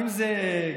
האם זה גלנט?